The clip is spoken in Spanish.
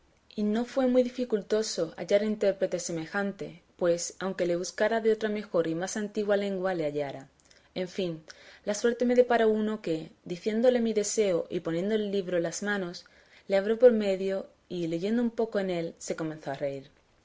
y no fue muy dificultoso hallar intérprete semejante pues aunque le buscara de otra mejor y más antigua lengua le hallara en fin la suerte me deparó uno que diciéndole mi deseo y poniéndole el libro en las manos le abrió por medio y leyendo un poco en él se comenzó a reír